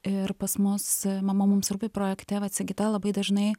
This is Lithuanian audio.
ir pas mus mama mums rūpi projekte vat sigita labai dažnai